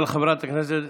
אנחנו מבקשים שוויון זכויות